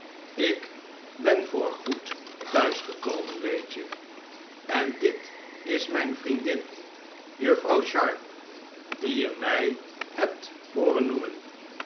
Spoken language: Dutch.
ik ben voor goed thuis gekomen weet je en dit is mijn vriendin juffrouw sharp die je mij hebt hooren noemen